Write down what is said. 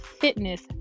fitness